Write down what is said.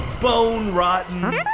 bone-rotten